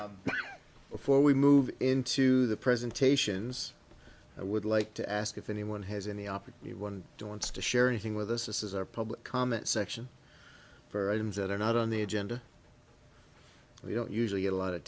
is before we move into the presentations i would like to ask if anyone has any opportunity one wants to share anything with us this is our public comment section for items that are not on the agenda we don't usually get a lot of